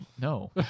No